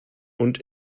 und